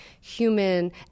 human